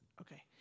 Okay